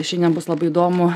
šiandien bus labai įdomu